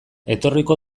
etorriko